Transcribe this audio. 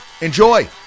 enjoy